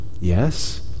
Yes